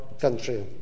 country